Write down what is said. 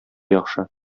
яхшы